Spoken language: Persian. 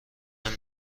مهم